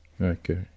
Okay